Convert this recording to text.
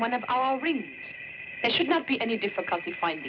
one of our we should not be any difficulty finding